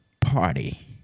party